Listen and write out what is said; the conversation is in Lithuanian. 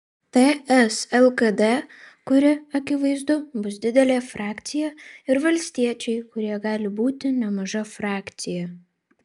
ts lkd kuri akivaizdu bus didelė frakcija ir valstiečiai kurie gali būti nemaža frakcija